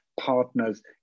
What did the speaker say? partners